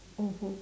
mmhmm